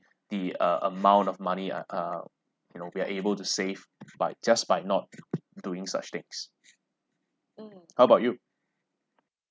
the a~ amount of money I uh you know we are able to save by just by not doing such takes how about you